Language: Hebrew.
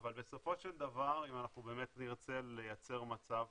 אבל בסופו של דבר אם אנחנו באמת נרצה לייצר מצב